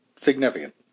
significant